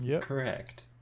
Correct